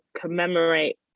commemorate